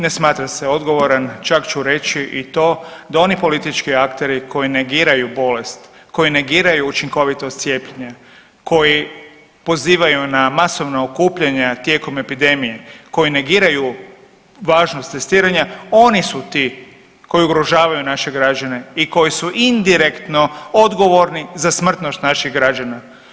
Ne smatram se odgovoran, čak ću reći i to da oni politički akteri koji negiraju bolest, koji negiraju učinkovitost cijepljenja, koji pozivaju na masovna okupljanja tijekom epidemije, koji negiraju važnost testiranja, oni su ti koji ugrožavaju naše građane i koji su indirektno odgovorni za smrtnost naših građana.